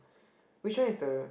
which one is the